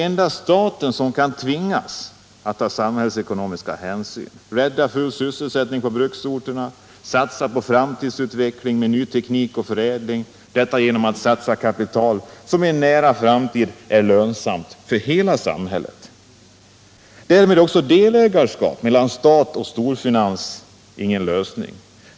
Endast staten kan tvingas att ta samhällsekonomiska hänsyn, rädda full sysselsättning på bruksorterna, satsa på framtidsutveckling med ny teknik och ökad förädling, detta genom att satsa in kapital som i en nära framtid är lönsamt för hela samhället. Därmed är det sagt att delägarskap mellan stat och storfinans inte är någon lösning.